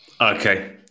okay